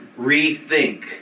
rethink